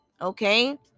Okay